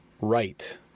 right